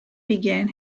began